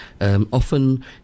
Often